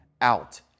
out